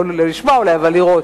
לא לשמוע אולי אבל לראות.